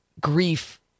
grief